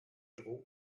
drogen